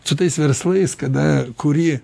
su tais verslais kada kuri